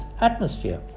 atmosphere